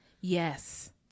Yes